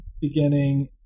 beginning